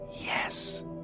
Yes